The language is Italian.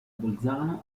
bolzano